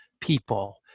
people